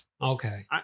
okay